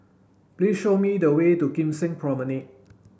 please show me the way to Kim Seng Promenade